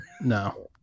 No